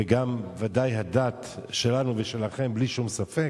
ובוודאי הדת שלנו ושלכם, בלי שום ספק.